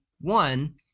one